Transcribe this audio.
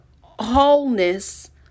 wholeness